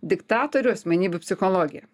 diktatorių asmenybių psichologija